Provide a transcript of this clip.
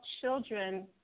children